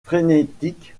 frénétique